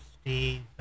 Steve